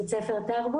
בית ספר ---,